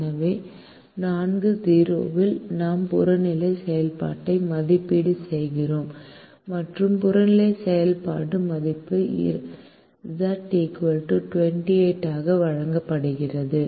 எனவே 4 0 இல் நாம் புறநிலை செயல்பாட்டை மதிப்பீடு செய்கிறோம் மற்றும் புறநிலை செயல்பாடு மதிப்பு Z 28 ஆக வழங்கப்படுகிறது